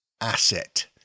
asset